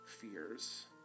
fears